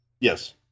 Yes